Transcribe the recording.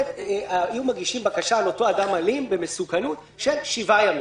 היו מגישים בקשה על אותו אדם אלים במסוכנות של שבעה ימים.